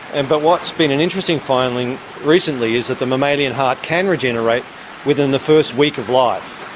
and but what's been an interesting finding recently is that the mammalian heart can regenerate within the first week of life.